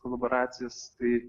kolaboracijas tai